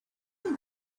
him